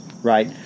Right